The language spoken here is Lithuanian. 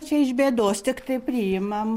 čia iš bėdos tiktai priimam